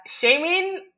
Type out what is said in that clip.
shaming